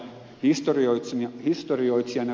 historioitsijanakin ed